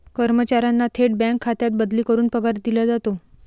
कर्मचाऱ्यांना थेट बँक खात्यात बदली करून पगार दिला जातो